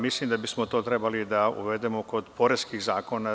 Mislim da bismo to trebali da uvedemo kod poreskih zakona.